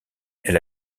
elle